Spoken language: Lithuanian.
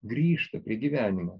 grįžta prie gyvenimo